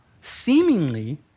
seemingly